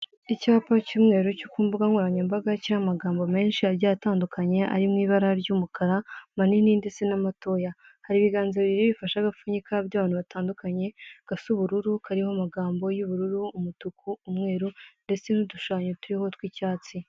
Icyapa cy'umweru cyo ku mbuga nkoranyambaga kiriho amagambo menshi agiye atandukanye ari mu ibara ry'umukara, amanini ndetse n'amatoya; hari ibiganza bibiri bifashe agapfunyika by'abantu batandukanye gasa ubururu, kariho amagambo: y'ubururu, umutuku, umweru ndetse n'udushushanyo turiho tw'icyatsi.